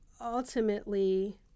ultimately